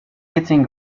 eating